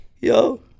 yo